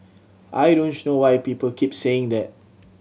I don't know why people keep saying that